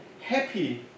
happy